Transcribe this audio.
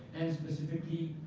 and specifically,